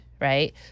right